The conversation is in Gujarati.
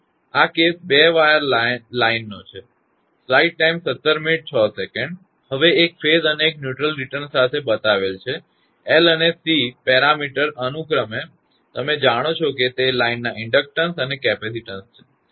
તેથી આ કેસ બે વાયર લાઇનનો છે અહીં એક ફેઝ અને એક ન્યુટ્રલ રિર્ટન સાથે બતાવેલ છે એલ અને સી પરિમાણો અનુક્રમે તમે જાણો છો કે તે લાઇનના ઇન્ડકટન્સ અને કેપેસિટીન્સ છે